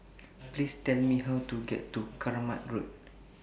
Please Tell Me How to get to Kramat Road